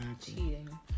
cheating